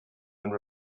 and